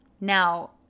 Now